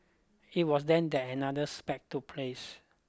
it was then that another spat took place